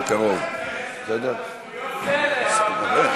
בסדר גמור,